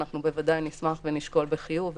אנחנו בוודאי נשמח ונשקול בחיוב,